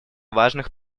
важных